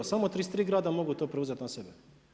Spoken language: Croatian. Samo 33 grada mogu to preuzeti na sebe.